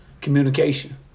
communication